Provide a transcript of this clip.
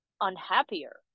unhappier